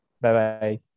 Bye-bye